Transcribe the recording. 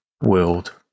world